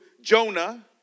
Jonah